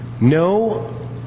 No